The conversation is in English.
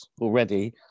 already